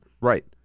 Right